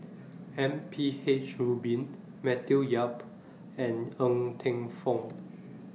M P H Rubin Matthew Yap and Ng Teng Fong